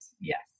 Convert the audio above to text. Yes